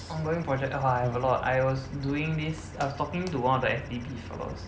ongoing projects !wah! I have a lot I was doing this I was talking to one of the S_D_P fellows